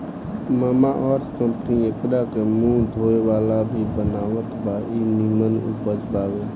Mamaearth company एकरा से मुंह धोए वाला भी बनावत बा इ निमन उपज बावे